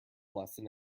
lesson